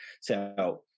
So-